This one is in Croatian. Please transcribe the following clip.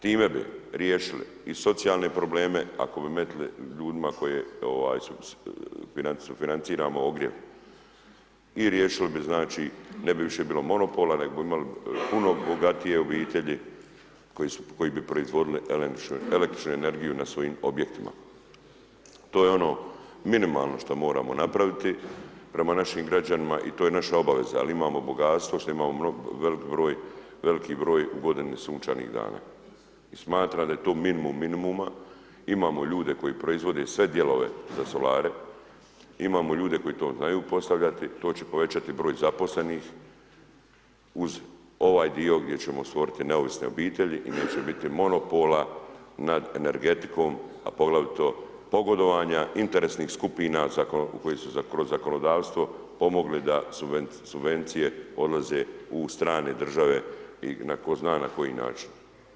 Time bi riješili i socijalne probleme ako bi metili ljudima koje ovaj financiramo ogrjev i riješili bi, znači, ne bi više bilo monopola, nego bi imali puno bogatije obitelji koje bi proizvodile električnu energiju na svojim objektima, to je ono minimalno što moramo napraviti prema našim građanima i to je naša obaveza, ali imamo bogatstvo što imamo veliki broj u godini sunčanih dana i smatram da je to minimum minimuma, imamo ljude koji proizvode sve dijelove za solare, imamo ljude koji to znaju postavljati, to će povećati broj zaposlenih uz ovaj dio gdje ćemo stvoriti neovisne obitelji i neće biti monopola nad energetikom, a poglavito pogodovanja interesnih skupina u koje su zakonodavstvo pomogli da subvencije odlaze u strane države i tko zna na koji način.